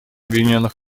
объединенных